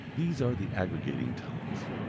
these are the aggregating tongues.